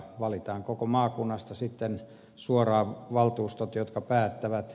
valitaan koko maakunnasta sitten suoraan valtuustot jotka päättävät